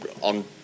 on